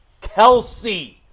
Kelsey